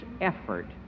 effort